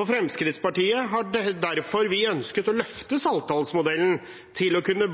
Fremskrittspartiet har derfor ønsket å løfte Saltdalsmodellen til å kunne